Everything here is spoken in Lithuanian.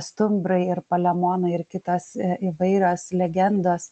stumbrai ir palemonai ir kitos įvairios legendos